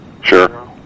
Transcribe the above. Sure